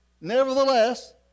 Nevertheless